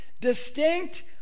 distinct